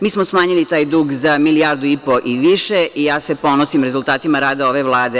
Mi smo smanjili taj dug za milijardu i po i više i ponosim se rezultatima rada ove Vlade.